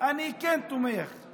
אני תומך בזה.